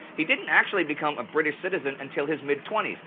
he didn't actually become a british citizen until his mid twenty s,